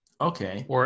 Okay